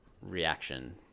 reaction